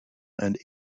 and